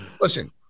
listen